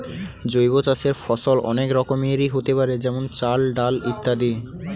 জৈব চাষের ফসল অনেক রকমেরই হতে পারে যেমন চাল, ডাল ইত্যাদি